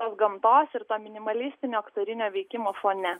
tos gamtos ir to minimalistinio aktorinio veikimo fone